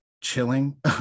chilling